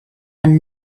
one